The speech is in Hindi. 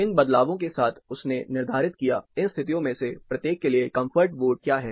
इन बदलावों के साथ उसने निर्धारित किया इन स्थितियों में से प्रत्येक के लिए कंफर्ट वोट क्या है